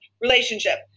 relationship